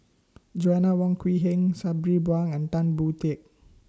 Joanna Wong Quee Heng Sabri Buang and Tan Boon Teik